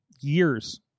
years